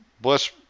Bless